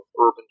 urban